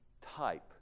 type